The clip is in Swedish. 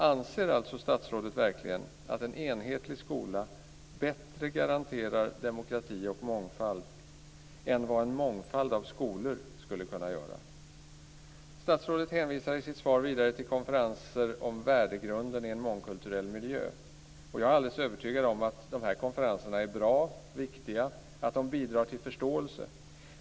Anser alltså statsrådet verkligen att en enhetlig skola bättre garanterar demokrati och mångfald än vad en mångfald av skolor skulle kunna göra? Statsrådet hänvisar i sitt svar vidare till konferenser om värdegrunden i en mångkulturell miljö. Jag är alldeles övertygad om att de här konferenserna är bra, viktiga och att de bidrar till förståelse.